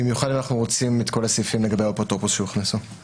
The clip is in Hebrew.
במיוחד אם אנחנו רוצים את כל הסעיפים לגבי האפוטרופוס שהוכנסו.